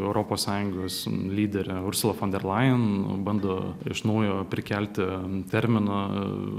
europos sąjungos lyderė ursula fon der lain bando iš naujo prikelti terminą